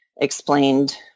explained